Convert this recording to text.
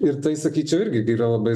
ir tai sakyčiau irgi yra labai